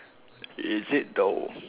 is it the